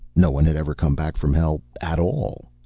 no one had ever come back from hell at all.